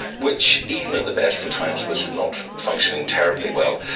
which even at the best of times was not functioning terribly well.